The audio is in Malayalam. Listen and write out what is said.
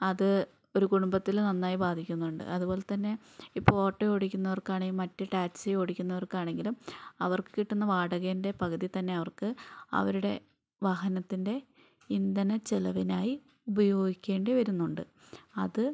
അത് ഒരു കുടുംബത്തിൽ നന്നായി ബാധിക്കുന്നുണ്ട് അതുപോലെത്തന്നെ ഇപ്പോൾ ഓട്ടോ ഓടിക്കുന്നവർക്കാണെങ്കിൽ മറ്റ് ടാക്സി ഓടിക്കുന്നവർക്കാണെങ്കിലും അവർക്ക് കിട്ടുന്ന വാടാകേന്റെ പകുതി തന്നെ അവർക്ക് അവരുടെ വാഹനത്തിന്റെ ഇന്ധനച്ചിലവിനായി ഉപയോഗിക്കേണ്ടി വരുന്നുണ്ട് അത്